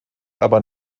aber